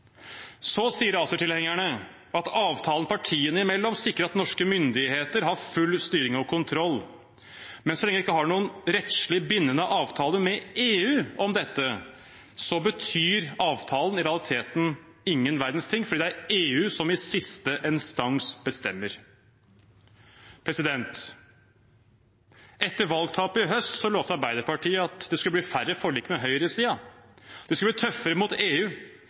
Så sier ACER-tilhengerne at avtalen partiene imellom sikrer at norske myndigheter har full styring og kontroll. Men så lenge vi ikke har en rettslig bindende avtale med EU om dette, betyr avtalen i realiteten ingen verdens ting, for det er EU som i siste instans bestemmer. Etter valgtapet i høst lovde Arbeiderpartiet at det skulle bli færre forlik med høyresiden. De skulle bli tøffere mot EU.